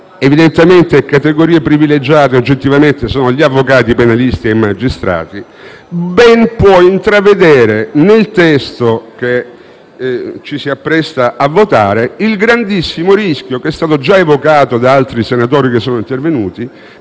evidentemente categorie privilegiate sono gli avvocati penalisti e i magistrati - ben può intravedere nel testo che ci si appresta a votare il grandissimo rischio, che è stato già evocato da altri senatori intervenuti,